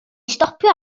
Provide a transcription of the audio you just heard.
stopio